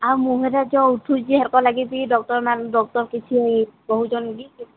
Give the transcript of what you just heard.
ଆଉ ମୁଁହଁରେ ଯୋଉ ଉଠୁଛି ହେରାକର୍ ଲାଗିିବି ଡକ୍ଟର୍ ମାନେ ଡକ୍ଟର୍ କିଛି କହୁଛନ୍ତି କି